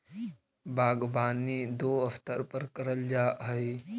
बागवानी दो स्तर पर करल जा हई